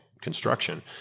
construction